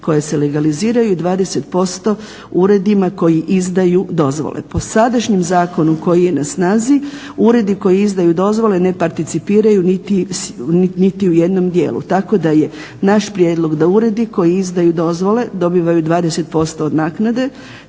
koje se legaliziraju i 20% uredima koji izdaju dozvole. Po sadašnjem zakonu koji je na snazi uredi koji izdaju dozvole ne participiraju niti u jednom dijelu. Tako da je naš prijedlog da uredi koji izdaju dozvole dobivaju 20% od naknade,